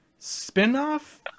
spinoff